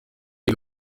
iyi